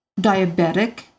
diabetic